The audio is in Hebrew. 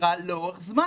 הזהירה לאורך זמן.